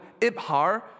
Ibhar